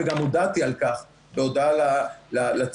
והודעתי על כך בהודעה לציבור,